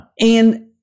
And-